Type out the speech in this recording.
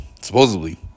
supposedly